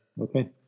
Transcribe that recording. Okay